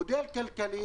מודל כלכלי,